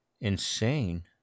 insane